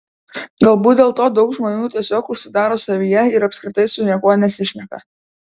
galbūt dėl to daug žmonių tiesiog užsidaro savyje ir apskritai su niekuo nesišneka